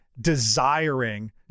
desiring